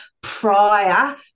prior